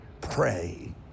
Pray